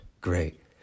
Great